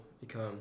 become